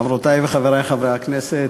חברותי וחברי חברי הכנסת,